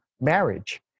marriage